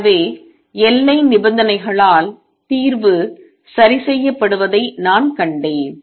எனவே எல்லை நிபந்தனைகளால் தீர்வு சரி செய்யப்படுவதை நான் கண்டேன்